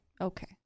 Okay